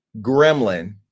gremlin